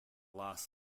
last